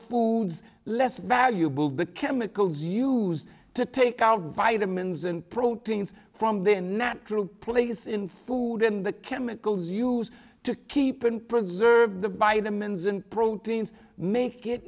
foods less valuable the chemicals used to take out vitamins and proteins from their natural place in food in the chemicals used to keep and preserve the vitamins and proteins make it